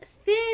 thin